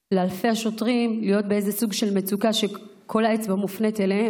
לאלפי השוטרים להיות באיזה סוג של מצוקה כשכל האצבע מופנית אליהם.